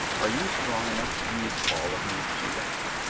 are you strong enough to use all of me? she laughed.